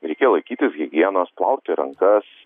reikia laikytis higienos plauti rankas